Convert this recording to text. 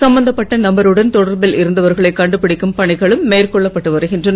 சம்பந்தப்பட்ட நபருடன் தொடர்பில் இருந்தவர்களை கண்டுபிடிக்கும் பணிகளும் மேற்கொள்ளப்பட்டு வருகின்றன